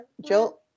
Joe